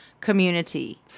community